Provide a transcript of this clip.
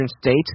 State